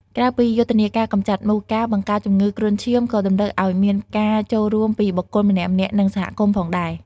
ក្រៅពីយុទ្ធនាការកម្ចាត់មូស ការបង្ការជំងឺគ្រុនឈាមក៏តម្រូវឱ្យមានការចូលរួមពីបុគ្គលម្នាក់ៗ និងសហគមន៍ផងដែរ។